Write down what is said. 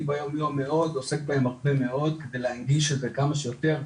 אני ביומיום עוסק בהם הרבה מאוד בלהנגיש את זה כמה שיותר,